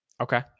Okay